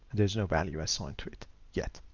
there's no value assigned to it yet.